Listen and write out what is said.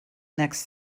next